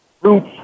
roots